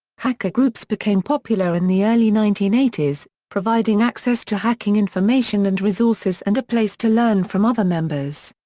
hacker groups became popular in the early nineteen eighty s, providing access to hacking information and resources and a place to learn from other members.